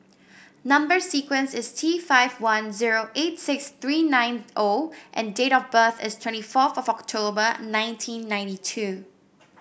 number sequence is T five one zero eight six three nine O and date of birth is twenty fourth October nineteen ninety two